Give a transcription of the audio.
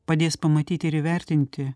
padės pamatyti ir įvertinti